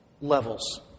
levels